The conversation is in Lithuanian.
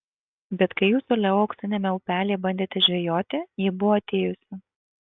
bet kai jūs su leo auksiniame upelyje bandėte žvejoti ji buvo atėjusi